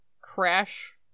crash